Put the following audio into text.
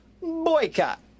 boycott